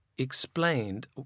explained